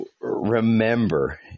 remember